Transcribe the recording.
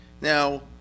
Now